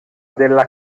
della